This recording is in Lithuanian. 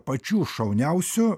pačių šauniausių